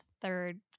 third